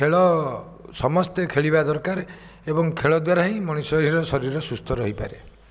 ଖେଳ ସମସ୍ତେ ଖେଳିବା ଦରକାର ଏବଂ ଖେଳ ଦ୍ୱାରା ହିଁ ମଣିଷର ଶରୀର ସୁସ୍ଥ ରହିପାରେ